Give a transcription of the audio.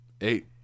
eight